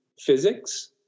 physics